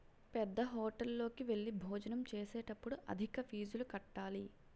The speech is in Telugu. పేద్దహోటల్లోకి వెళ్లి భోజనం చేసేటప్పుడు అధిక ఫీజులు కట్టాలి